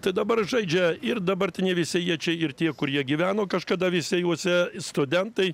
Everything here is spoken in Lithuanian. tai dabar žaidžia ir dabartiniai veisiejiečiai ir tie kurie gyveno kažkada veisiejuose studentai